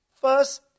first